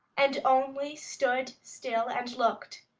and only stood still and looked,